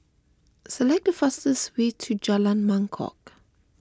select the fastest way to Jalan Mangkok